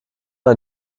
ein